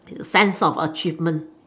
sense of achievement